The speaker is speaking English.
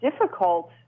difficult